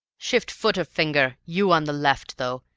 shift foot or finger, you on the left, though,